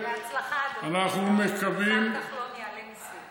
בהצלחה, אדוני השר, השר כחלון יעלה מיסים.